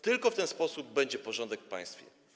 Tylko w ten sposób będzie porządek w państwie.